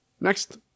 Next